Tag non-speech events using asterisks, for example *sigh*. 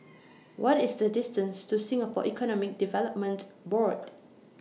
*noise* What IS The distance to Singapore Economic Development Board